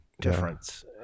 difference